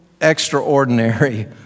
extraordinary